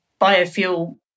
biofuel